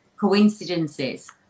coincidences